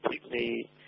completely